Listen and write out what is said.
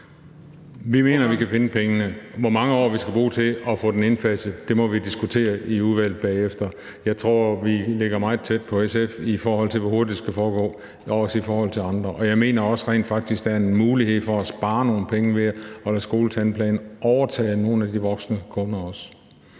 Vi mener, at vi kan finde pengene. Hvor mange år vi skal bruge til at få det indfaset, må vi diskutere i udvalget bagefter. Jeg tror, vi ligger meget tæt på SF, i forhold til hvor hurtigt det skal foregå, også i forhold til andre. Og jeg mener rent faktisk også, at der er en mulighed for at spare nogle penge ved at lade skoletandplejen overtage nogle af de voksne kunder.